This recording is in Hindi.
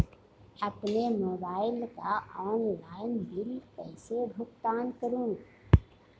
अपने मोबाइल का ऑनलाइन बिल कैसे भुगतान करूं?